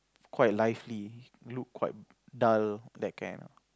quite lively look quite dull that kind